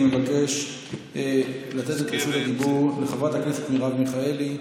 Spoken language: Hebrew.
אני מבקש לתת את זכות הדיבור לחברת הכנסת מרב מיכאלי.